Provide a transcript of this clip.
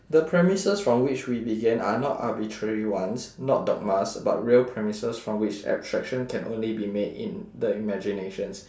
the premises from which we began are not arbitrary ones not dogmas but real premises from which abstraction can only be made in the imaginations